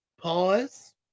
pause